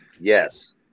yes